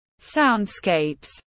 Soundscapes